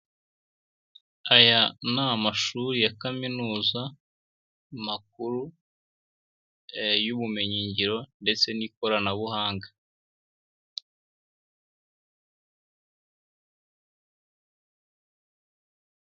Aya ni amashuri ya Kaminuza makuru y'ubumenyingiro ndetse n'ikoranabuhanga.